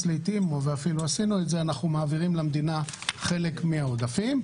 אז לעיתים אנחנו מעבירים למדינה חלק מהעודפים,